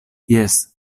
jes